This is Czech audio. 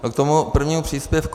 K tomu prvnímu příspěvku.